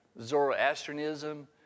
Zoroastrianism